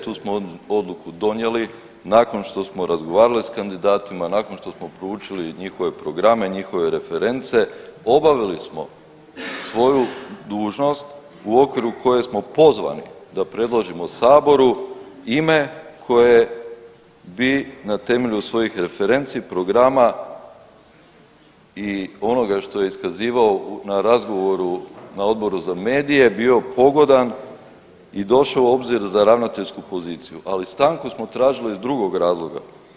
Tu smo odluku donijeli nakon što smo razgovarali s kandidatima, nakon što smo proučili njihove programe i njihove reference, obavili smo svoju dužnost u okviru u kojem smo pozvani da predložimo Saboru ime koje bi na temelju svojih referenci, programa i onoga što je iskazivao na razgovoru na Odboru za medije, bio pogodan i došao u obzir za ravnateljsku poziciju, ali stanku smo tražili iz drugog razloga.